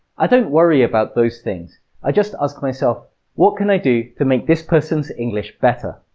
i don't worry about those things i just ask myself what can i do to make this person's english better?